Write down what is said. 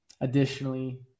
Additionally